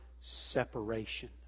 separation